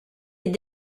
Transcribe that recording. est